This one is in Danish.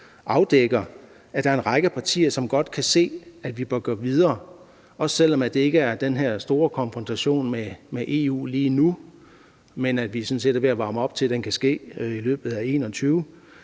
afdækker, at der er en række partier, som godt kan se, at vi bør gå videre og også skal gå videre, selv om det ikke er den her store konfrontation med EU lige nu, men sådan er en slags opvarmning til, at den kan ske i løbet af 2021.